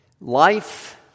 Life